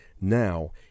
Now